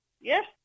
yes